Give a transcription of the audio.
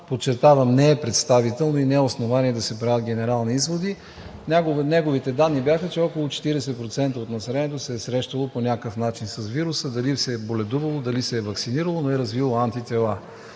подчертавам, не е представително и не е основание да се правят генерални изводи. Неговите данни бяха, че около 40% от населението се е срещало по някакъв начин с вируса – дали се е боледувало, дали се е ваксинирало, но е развило антитела.